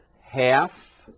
half